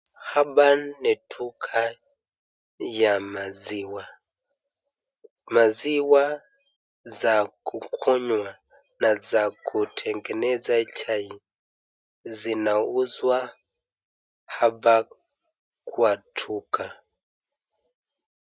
Hapa ni duka la maziwa. Maziwa za kukunywa na za kutengeneza chai zinauzwa hapa kwa duka.